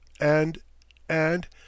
And—and—